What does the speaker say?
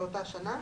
לאותה שנה,